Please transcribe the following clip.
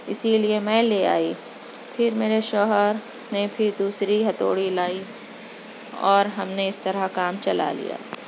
اِسی لئے میں لے آئی پھر میرے شوہر نے پھر دوسری ہتھوڑی لائی اور ہم نے اِس طرح کام چلا لیا